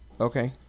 Okay